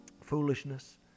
foolishness